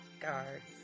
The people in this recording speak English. guards